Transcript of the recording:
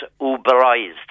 uberized